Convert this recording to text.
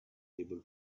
able